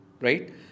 right